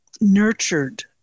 nurtured